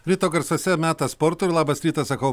ryto garsuose metas sportui ir labas rytas sakau